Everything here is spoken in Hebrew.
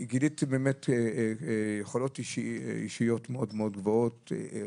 גיליתי אצלך יכולות אישיות גבוהות מאוד.